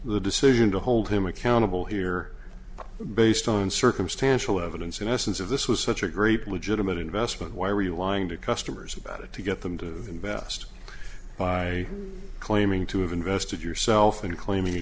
the decision to hold him accountable here based on circumstantial evidence in essence of this was such a great legitimate investment why were you lying to customers about it to get them to invest by claiming to have invested yourself in claiming a